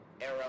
Arrow